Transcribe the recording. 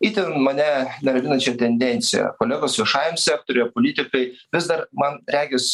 itin mane neraminančią tendenciją kolegos viešajam sektoriuje politikai vis dar man regis